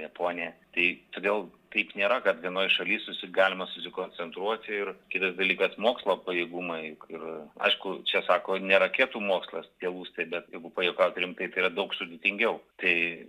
japonija tai todėl taip nėra kad vienoj šaly susi galima susikoncentruoti ir kitas dalykas mokslo pajėgumai ir aišku čia sako ne raketų mokslas tie lustai bet jeigu pajuokaut rimtai tai yra daug sudėtingiau tai